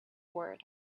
word